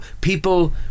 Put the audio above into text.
people